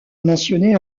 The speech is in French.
mentionnés